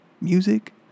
music